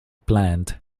planned